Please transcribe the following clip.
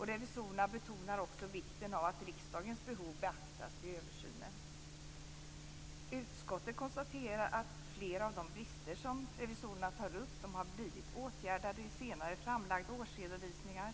Revisorerna betonar också vikten av att riksdagens behov beaktas vid översynen. Utskottet konstaterar att flera av de brister som revisorerna tar upp har blivit åtgärdade i senare framlagda årsredovisningar.